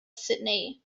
sydney